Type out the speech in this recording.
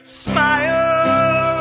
smile